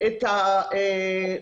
את 50